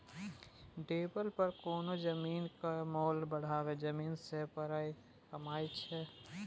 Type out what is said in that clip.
developer कोनो जमीनक मोल बढ़ाए जमीन सँ पाइ कमाबै छै